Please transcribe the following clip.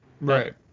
right